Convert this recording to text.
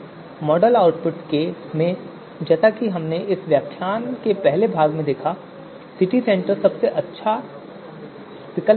model output में जैसा कि हमने इस व्याख्यान के पहले भाग में देखा सिटी सेंटर सबसे अच्छा विकल्प निकला